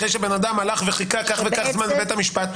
וזה אחרי שהבן אדם הלך וחיכה כך וכך זמן בבית המשפט,